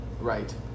Right